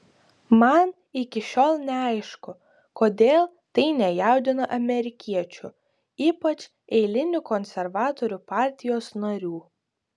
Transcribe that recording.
man iki šiol neaišku kodėl tai nejaudina amerikiečių ypač eilinių konservatorių partijos narių